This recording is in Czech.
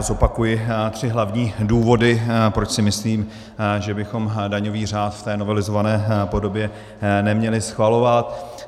Zopakuji tři hlavní důvody, proč si myslím, že bychom daňový řád v té novelizované podobě neměli schvalovat.